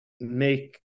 make